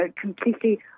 completely